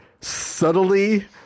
subtly